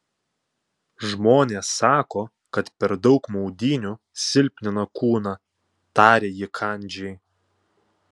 žmonės sako kad per daug maudynių silpnina kūną tarė ji kandžiai